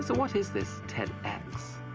so what is this tedx?